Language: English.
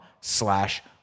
slash